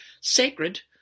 Sacred